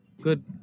good